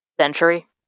Century